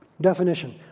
Definition